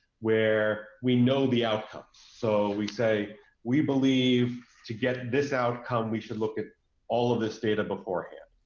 where we know the outcome. so, we say we believe to get this outcome, we should look at all of this data beforehand.